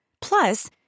Plus